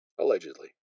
Allegedly